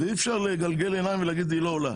אי אפשר לגלגל עיניים ולהגיד שהיא לא עולה.